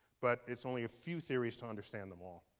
but it's only a few theories to understand them all.